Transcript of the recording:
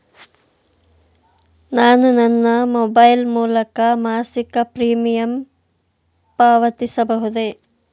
ನಾನು ನನ್ನ ಮೊಬೈಲ್ ಮೂಲಕ ಮಾಸಿಕ ಪ್ರೀಮಿಯಂ ಪಾವತಿಸಬಹುದೇ?